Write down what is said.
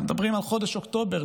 אנחנו מדברים על חודש אוקטובר.